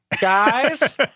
guys